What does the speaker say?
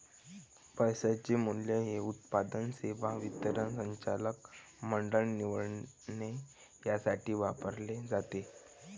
पैशाचे मूल्य हे उत्पादन, सेवा वितरण, संचालक मंडळ निवडणे यासाठी वापरले जाते